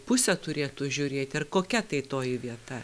pusę turėtų žiūrėt ir kokia tai toji vieta